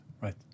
right